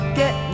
get